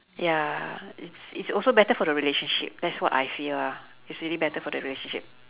ya it's it's also better for the relationship that's what I feel ah it's really better for the relationship